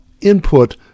input